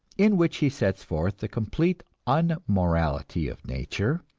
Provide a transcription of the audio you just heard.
in which he sets forth the complete unmorality of nature,